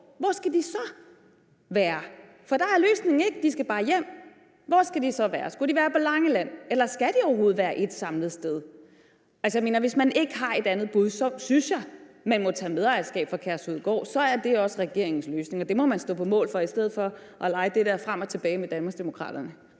hvor skal de så være? For der er løsningen ikke, at de bare skal hjem. Hvor skal de så være? Skal de være på Langeland, eller skal de overhovedet være et samlet sted? Altså, jeg mener, at hvis man ikke har et andet bud, må man tage medejerskab for Kærshovedgård, og for, at det så også er regeringens løsning. Det må man stå på mål for i stedet for at lege det der frem og tilbage med Danmarksdemokraterne.